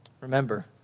Remember